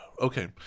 Okay